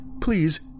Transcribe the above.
Please